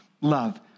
love